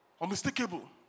Unmistakable